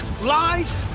lies